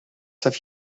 have